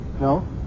no